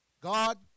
God